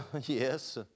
yes